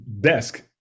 desk